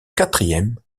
quatrième